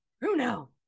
Bruno